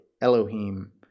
Elohim